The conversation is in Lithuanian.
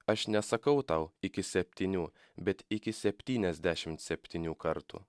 aš nesakau tau iki septynių bet iki septyniasdešimt septynių kartų